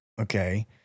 okay